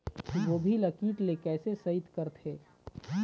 गोभी ल कीट ले कैसे सइत करथे?